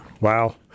Wow